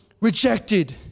rejected